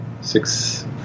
six